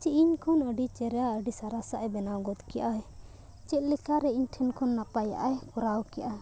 ᱪᱮᱫ ᱤᱧ ᱠᱷᱚᱱ ᱟᱹᱰᱤ ᱪᱮᱦᱨᱟ ᱟᱹᱰᱤ ᱥᱟᱨᱟᱥᱟᱜ ᱮ ᱵᱮᱱᱟᱣ ᱜᱚᱫ ᱠᱮᱜ ᱟᱭ ᱪᱮᱫᱞᱮᱠᱟ ᱨᱮ ᱤᱧ ᱴᱷᱮᱱ ᱠᱷᱚᱱ ᱱᱟᱯᱟᱭᱟᱜᱼᱟᱭ ᱠᱚᱨᱟᱣ ᱠᱮᱜᱼᱟ